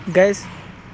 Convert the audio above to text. gas